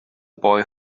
boy